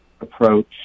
approach